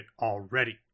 already